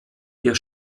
der